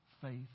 faith